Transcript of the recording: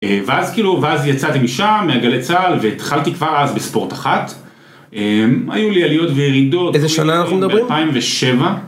ואז כאילו, ואז יצאתי משם, מהגלי צה״ל, והתחלתי כבר אז בספורט אחת. היו לי עליות וירידות. איזה שנה אנחנו מדברים? ב-2007.